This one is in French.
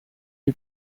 lui